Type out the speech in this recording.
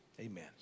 Amen